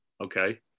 Okay